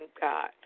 God